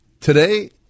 Today